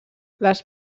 les